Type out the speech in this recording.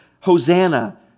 Hosanna